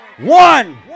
One